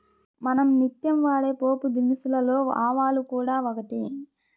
మనం నిత్యం వాడే పోపుదినుసులలో ఆవాలు కూడా ఒకటి